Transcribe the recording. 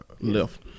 left